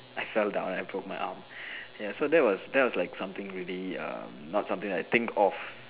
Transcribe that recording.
I fell down and I broke my arm ya so that was that was like something really um not something that I think of